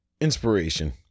Inspiration